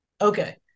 Okay